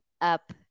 up